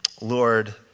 Lord